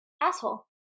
Asshole